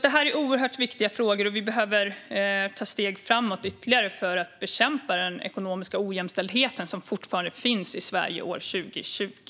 Det här är viktiga frågor, och vi behöver ta ytterligare steg framåt för att bekämpa den ekonomiska ojämställdhet som fortfarande finns i Sverige år 2020.